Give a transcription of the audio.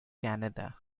canada